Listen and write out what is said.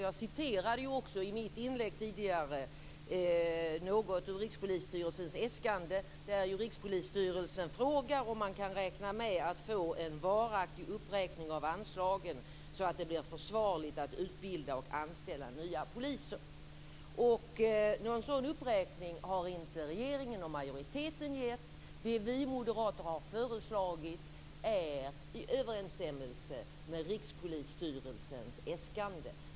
Jag citerade också i mitt inlägg tidigare något ur Rikspolisstyrelsens äskande, där Rikspolisstyrelsen frågar om man kan räkna med att få en varaktig uppräkning av anslagen, så att det blir försvarligt att utbilda och anställa nya poliser. Någon sådan uppräkning har inte regeringen och majoriteten gett. Det vi moderater har föreslagit är i överensstämmelse med Rikspolisstyrelsens äskande.